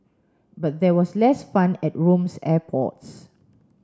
but there was less fun at Rome's airports